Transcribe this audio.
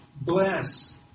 bless